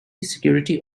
security